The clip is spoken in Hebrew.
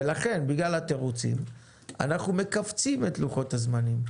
לכן בגלל התירוצים אנחנו מכווצים את לוחות הזמנים.